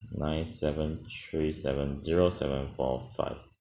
nine seven three seven zero seven four five